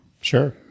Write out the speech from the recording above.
Sure